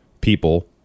people